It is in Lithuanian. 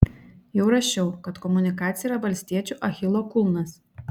jau rašiau kad komunikacija yra valstiečių achilo kulnas